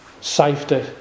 safety